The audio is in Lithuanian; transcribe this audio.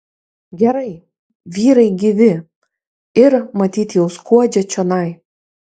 gerai vyrai gyvi ir matyt jau skuodžia čionai